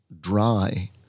dry